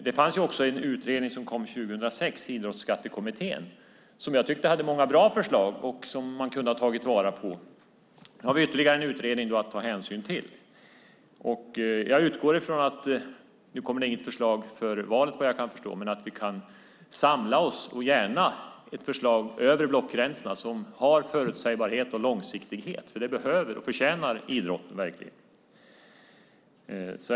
Det fanns också en utredning som kom 2006 från Idrottsskattekommittén som jag tyckte hade många bra förslag som man hade kunnat ta vara på. Nu har vi ytterligare en utredning att ta hänsyn till. Jag utgår från att det inte kommer något förslag före valet. Men vi kan samla oss, gärna kring ett förslag över blockgränserna som har förutsägbarhet och långsiktighet. Det behöver och förtjänar idrotten verkligen.